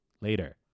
later